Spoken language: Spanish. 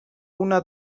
una